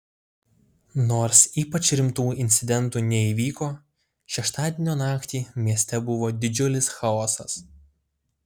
nors ypač rimtų incidentų neįvyko šeštadienio naktį mieste buvo didžiulis chaosas